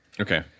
Okay